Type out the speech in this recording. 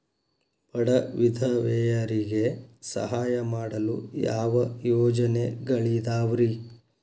ಬಡ ವಿಧವೆಯರಿಗೆ ಸಹಾಯ ಮಾಡಲು ಯಾವ ಯೋಜನೆಗಳಿದಾವ್ರಿ?